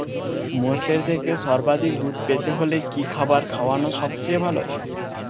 মোষের থেকে সর্বাধিক দুধ পেতে হলে কি খাবার খাওয়ানো সবথেকে ভালো?